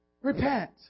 Repent